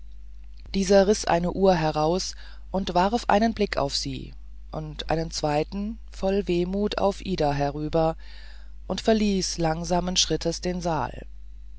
dieser riß eine uhr heraus warf einen blick auf sie und einen zweiten voll wehmut auf ida herüber und verließ langsamen schrittes den saal